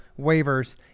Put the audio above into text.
waivers –